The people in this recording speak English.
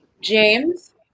James